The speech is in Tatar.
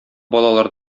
балалар